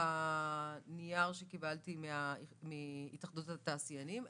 ומהמכתב שקיבלתי מהתאחדות התעשיינים.